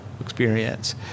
experience